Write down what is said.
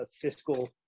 fiscal